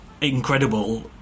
incredible